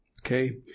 okay